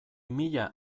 mila